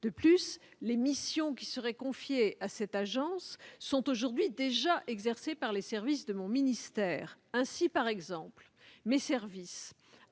De plus, les missions qui seraient confiées à cette agence sont aujourd'hui déjà exercées par les services de mon ministère. Ces derniers assurent